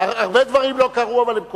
הרבה דברים לא קרו, אבל הם קורים.